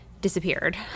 disappeared